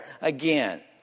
again